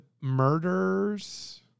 murders